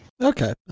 Okay